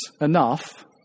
enough